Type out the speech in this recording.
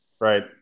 Right